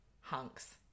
hunks